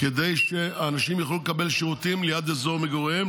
כדי שאנשים יוכלו לקבל שירותים ליד אזור מגוריהם,